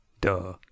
duh